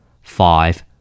Five